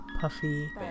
Puffy